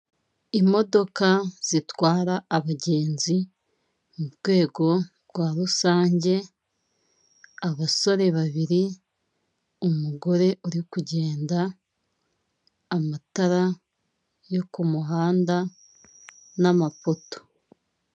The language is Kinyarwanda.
Imodoka zitwara abagenzi mu rwego rwa rusange, abasore babiri, umugore uri kugenda, amatara yo kumuhanda n'amapoto.